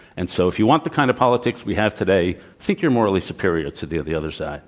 and so, if you want the kind of politics we have today, think you're morally superior to the the other side.